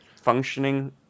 functioning